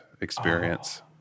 experience